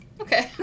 Okay